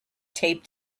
taped